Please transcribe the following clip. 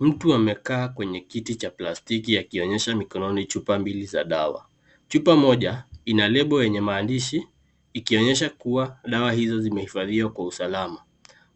Mtu amekaa kwenye kiti cha plastiki ikionyesha mikononi chupa mbili za dawa. Chupa moja ina lebo wenye maandishi ikionyesha kuwa dawa hizo zimehifadhiwa kwa usalama.